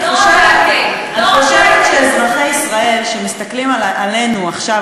את חושבת שאזרחי ישראל שמסתכלים עלינו עכשיו,